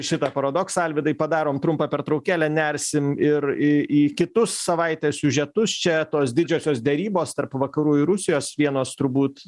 šitą paradoksą alvydai padarom trumpą pertraukėlę nersim ir į kitus savaitės siužetus čia tos didžiosios derybos tarp vakarų ir rusijos vienos turbūt